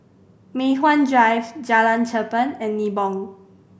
Mei Hwan Drive Jalan Cherpen and Nibong